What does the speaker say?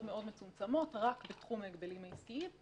מאוד מצומצמות רק בתחום ההגבלים העסקיים,